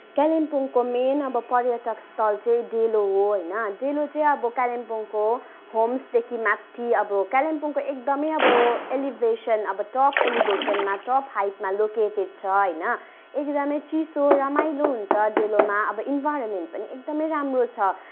कालिम्पोङको मेन अब पर्यटक स्थल चाहिँ डेलो हो होइन डेलो चाहिँ अब कालिम्पोङको होम्सदेखि माथि अब कालिम्पोङको एकदमै अब एलिभेसन अब टप एलिभेसनमा टप हाइटमा लोकेटेड छ होइन एकदमै चिसो रमाइलो हुन्छ डेलोमा अब इन्भाइरोमेन्ट पनि एकदमै राम्रो छ